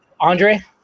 Andre